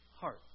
Heart